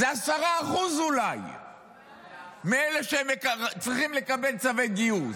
זה אולי 10% מאלה שצריכים לקבל צווי גיוס.